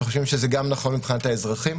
אנחנו חושבים שזה גם נכון מבחינת האזרחים.